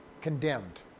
condemned